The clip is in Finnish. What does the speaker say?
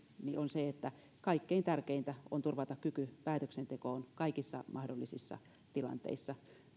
on se että kaikkein tärkeintä on turvata kyky päätöksentekoon kaikissa mahdollisissa tilanteissa